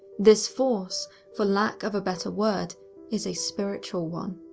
this force for lack of a better word is a spiritual one.